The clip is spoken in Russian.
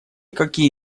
какие